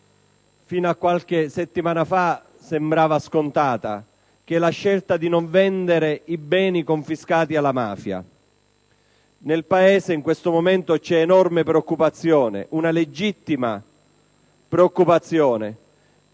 fino a qualche settimana fa sembrava scontata: quella di non vendere i beni confiscati alla mafia. Nel Paese in questo momento c'è enorme preoccupazione: una legittima preoccupazione.